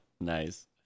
Nice